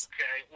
Okay